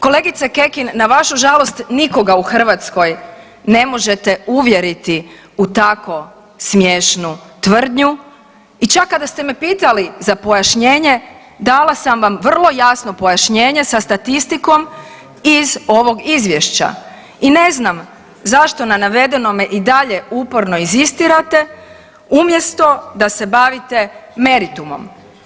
Kolegice Kekin na vaš žalost nikoga u Hrvatskoj ne možete uvjeriti u tako smiješnu tvrdnju i čak kada ste me pitali za pojašnjenje dala sam vam vrlo jasno pojašnjenje sa statistikom iz ovog izvješća i ne znam zašto na navedenome i dalje uporno inzistirate umjesto da se bavite meritumom.